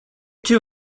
two